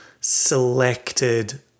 selected